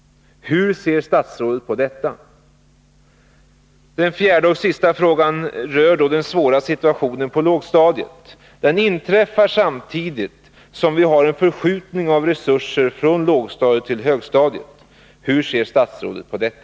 Hur ser statsrådet på detta? 4, Den fjärde och sista frågan rör den svåra situationen på lågstadiet. Den inträffar samtidigt som vi har en förskjutning av resurser från lågstadiet till högstadiet. Hur ser statsrådet på detta?